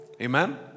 Amen